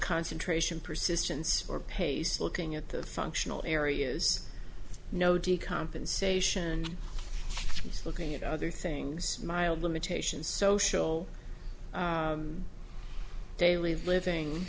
concentration persistence or pace looking at the functional areas no d compensation he's looking at other things mild limitations social daily living